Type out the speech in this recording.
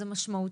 זה משמעותי.